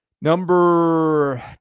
Number